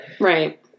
right